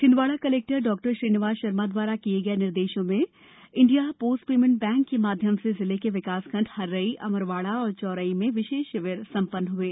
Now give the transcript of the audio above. Chhindwara collector डॉश्रीनिवास Sharma द्वारा दिये गये निर्देशों में इंडिया श्रीस्ट मेंट बैंक के माध्यम से जिले के विकासखंड हर्रई अमरवाड़ा और चौरई में विशेष शिविर सं न्न ह्ये